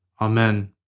Amen